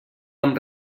amb